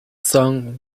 song